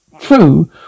true